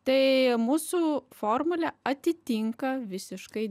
tai mūsų formulė atitinka visiškai